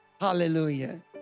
Hallelujah